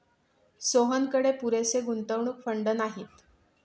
सोहनकडे पुरेसे गुंतवणूक फंड नाहीत